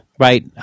Right